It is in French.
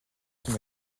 son